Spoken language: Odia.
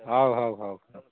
ହଉ ହଉ ହଉ